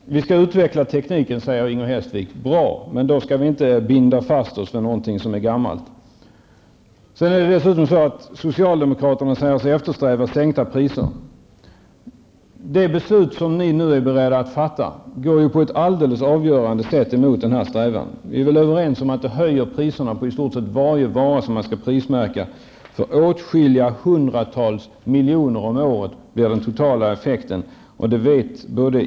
Herr talman! Inger Hestvik säger att tekniken skall utvecklas. Det är bra. Men då får vi inte binda oss vid något som är gammalt. Socialdemokraterna säger sig eftersträva sänkta priser. Men det förslag som ni nu är beredda att säga ja till går på ett helt avgörande sätt mot denna strävan. Vi kan väl vara överens om att priserna därmed höjs för i stort sett varenda vara som skall prismärkas. Det handlar om åtskilliga hundratals miljoner i kostnader varje år. Det är den totala effekten.